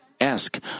ask